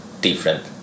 different